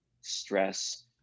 stress